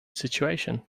situation